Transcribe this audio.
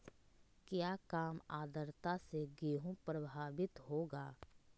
क्या काम आद्रता से गेहु प्रभाभीत होगा?